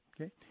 Okay